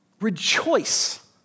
rejoice